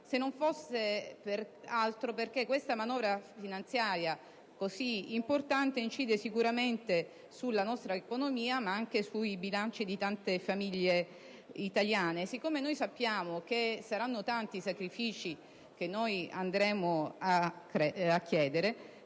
non fosse altro perché questa manovra finanziaria così importante incide sicuramente sulla nostra economia, ma anche sui bilanci di tante famiglie italiane. E siccome sappiamo che saranno tanti i sacrifici che andremo a chiedere